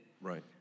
Right